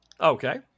Okay